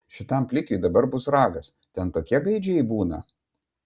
šitam plikiui dabar bus ragas ten tokie gaidžiai būna